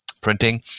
printing